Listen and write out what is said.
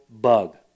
bug